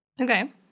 Okay